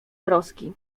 troski